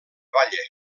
valle